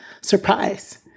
surprise